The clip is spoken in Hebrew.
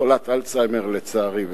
חולת אלצהיימר, לצערי.